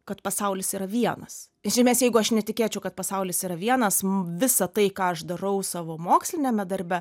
kad pasaulis yra vienas iš esmės jeigu aš netikėčiau kad pasaulis yra vienas visa tai ką aš darau savo moksliniame darbe